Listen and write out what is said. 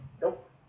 Nope